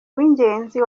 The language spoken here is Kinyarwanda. w’ingenzi